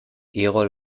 erol